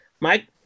Mike